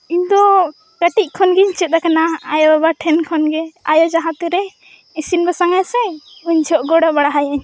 ᱤᱧᱫᱚ ᱠᱟᱹᱴᱤᱡ ᱠᱷᱚᱱᱜᱮᱧ ᱪᱮᱫ ᱟᱠᱟᱱᱟ ᱟᱭᱳᱼᱵᱟᱵᱟ ᱴᱷᱮᱱ ᱠᱷᱚᱱᱜᱮ ᱟᱭᱳ ᱡᱟᱦᱟᱸᱛᱤᱨᱮ ᱤᱥᱤᱱᱼᱵᱟᱥᱟᱝᱟᱭ ᱥᱮ ᱩᱱ ᱡᱚᱦᱚᱜ ᱜᱚᱲᱚ ᱵᱟᱲᱟᱣᱟᱹᱭᱟᱹᱧ